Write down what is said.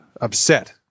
upset